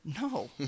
No